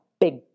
big